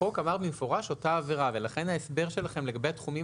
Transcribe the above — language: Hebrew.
החוק אמר במפורש אותה עבירה ולכן ההסבר שלכם לגבי התחומים